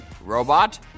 robot